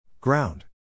Ground